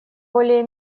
более